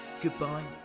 Goodbye